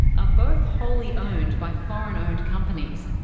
ah both wholly-owned by foreign-owned companies,